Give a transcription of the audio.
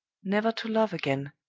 never to love again.